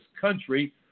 country